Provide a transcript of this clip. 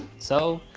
so,